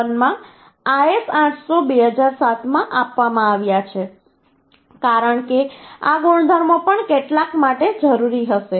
41 માં IS 800 2007 માં આપવામાં આવ્યા છે કારણ કે આ ગુણધર્મો પણ કેટલાક માટે જરૂરી હશે